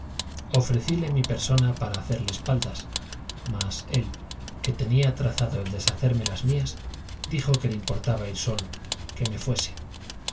ofrecíle mi persona para hacerle espaldas mas él que tenía trazado el deshacerme las mías dijo que le importaba ir solo que me fuese